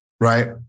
right